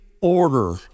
order